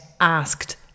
asked